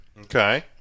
Okay